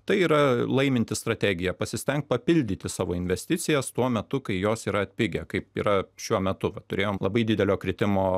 tai yra laiminti strategija pasistengt papildyti savo investicijas tuo metu kai jos yra atpigę kaip yra šiuo metu va turėjom labai didelio kritimo